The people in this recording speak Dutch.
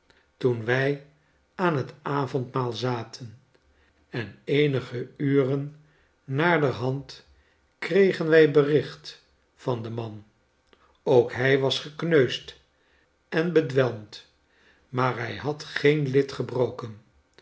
toen wij aan het avondmaal zaten en eenige uren naderhand kregen wij bericht van den man ook hij was gekneusd en bedwelmd maar hij had geen lid gebroken